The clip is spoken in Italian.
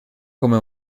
come